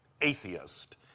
atheist